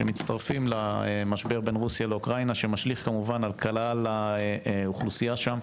שמצטרפים למשבר בין רוסיה ואוקראינה שמשליך על כלל האוכלוסייה שם,